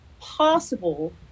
possible